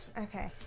Okay